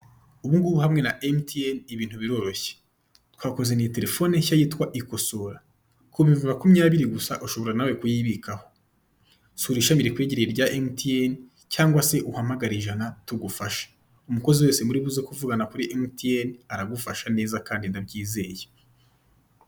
Ubu ngubu hamwe na MTN ibintu biroroshye, twakuzaniye telefone nshya yitwa ikosora, ku bihumbi makumyabiri gusa ushobora nawe kuyibikaho, sura ishami rikwegereye rya MTN cyangwa se uhamagare ijana tugufashe, umukozi wese muri buze kuvugana kuri MTN aragufasha neza kandi ndabyizeye.